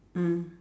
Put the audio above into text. mm